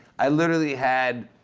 i literally had